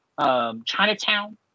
Chinatown